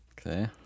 Okay